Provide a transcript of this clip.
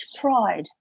pride